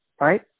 right